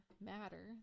matter